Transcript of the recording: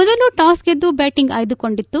ಮೊದಲು ಟಾಸ್ ಗೆದ್ಲು ಬ್ನಾಟಿಂಗ್ ಆಯ್ಲುಕೊಂಡಿತ್ತು